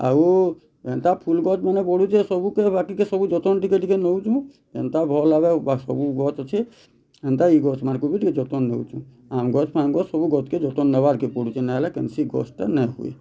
ଆଉ ଏନ୍ତା ଫୁଲ୍ ଗଛ୍ ମାନେ ବଢୁଛେ ସବୁତେ ବାକିକେ ସବୁ ଜତନ୍ ଟିକେ ଟିକେ ନଉଛୁଁ ଯେନ୍ତା ଭଲ୍ ଭାବେ ବା ସବୁ ଗଛ୍ ଅଛେ ହେନ୍ତା ଇ ଗଛ୍ ମାନଙ୍କୁ ବି ଟିକେ ଯତନ୍ ନଉଛୁଁ ଆମ୍ବ୍ ଗଛ୍ ଫାମ୍ ଗଛ୍ ସବୁ ଗଛକେ ଯତନ୍ ନେବାରକେ ପଡ଼ୁଛେ ନେଇଁ ହେଲେ କେନ୍ସି ଗଛଟା ନେଇଁ ହୁଏ